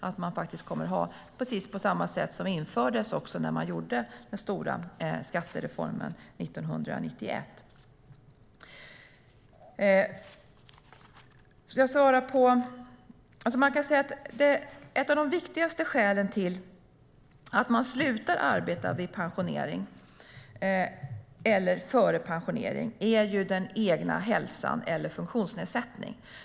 Det blir precis som det som infördes när man gjorde den stora skattereformen 1991.Ett av de viktigaste skälen till att man slutar arbeta vid eller före pensionering är den egna hälsan eller en funktionsnedsättning.